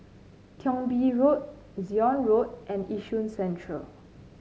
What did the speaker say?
Thong Bee Road Zion Road and Yishun Central